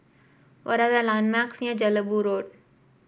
what are the landmarks near Jelebu Road